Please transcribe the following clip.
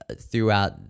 throughout